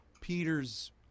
Peter's